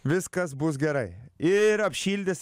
viskas bus gerai ir apšildys